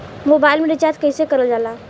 Mobile में recharge कइसे करल जाला?